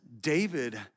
David